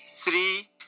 three